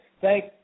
thank